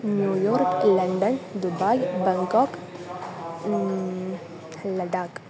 New York London Dubai Bangkok Ladakh